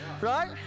Right